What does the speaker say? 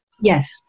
Yes